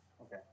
Okay